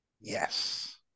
Yes